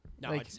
No